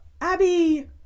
abby